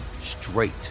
straight